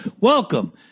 Welcome